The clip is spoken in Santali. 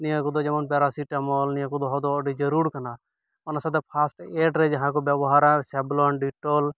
ᱱᱤᱭᱟᱹ ᱠᱚᱫᱚ ᱡᱮᱢᱚᱱ ᱯᱮᱨᱟᱥᱤᱴᱟᱢᱚᱞ ᱱᱤᱭᱟᱹᱠᱚ ᱫᱚᱦᱚ ᱫᱚ ᱟᱹᱰᱤ ᱡᱟᱹᱨᱩᱲ ᱠᱟᱱᱟ ᱚᱱᱟ ᱥᱟᱶᱛᱮ ᱯᱷᱟᱥᱴ ᱮᱭᱰᱨᱮ ᱡᱟᱦᱟᱸ ᱠᱚ ᱵᱮᱵᱚᱦᱟᱨᱟ ᱥᱮᱵᱷᱞᱚᱱ ᱰᱮᱴᱚᱞ